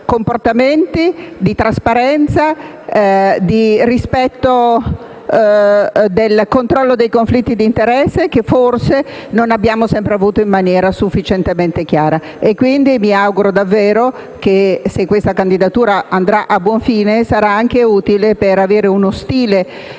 trasparenti e di rispetto del controllo dei conflitti d'interesse che forse non abbiamo sempre tenuto in maniera sufficientemente chiara. Mi auguro davvero, quindi, che se questa candidatura andrà a buon fine, sia anche utile per adottare uno stile,